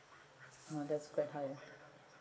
oh that's quite high ah